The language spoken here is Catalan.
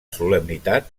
solemnitat